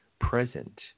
present